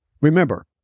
Remember